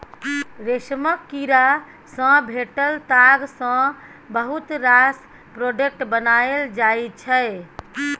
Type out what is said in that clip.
रेशमक कीड़ा सँ भेटल ताग सँ बहुत रास प्रोडक्ट बनाएल जाइ छै